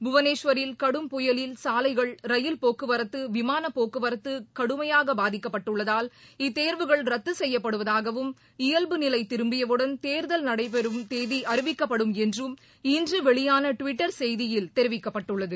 புவனேஸ்வரில் புயலில் ரயில் கடும் சாலைகள் போக்குவரத்துவிமானபோக்குவரத்துகடுமையாகபாதிக்கப்பட்டுள்ளதால் இத்தேர்வுகள் ரத்துசெய்யப்படுவதாகவும் இயல்வு நிலைதிரும்பியவுடன் தேர்வு நடைபெறும் தேதிஅறிவிக்கப்படும் என்றும் இன்றுவெளியானடுவிட்டர் செய்தியில் தெரிவிக்கப்பட்டுள்ளது